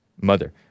mother